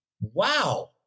Wow